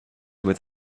with